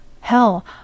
Hell